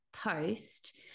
post